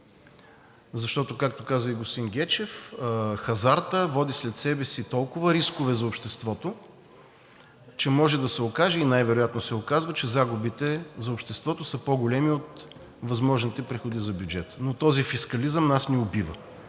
защото, както каза и господин Гечев: хазартът води след себе си толкова рискове за обществото, че може да се окаже и най-вероятно се оказва, че загубите за обществото са по-големи от възможните приходи за бюджета, но този фискализъм нас ни убива